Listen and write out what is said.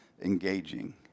engaging